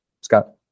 Scott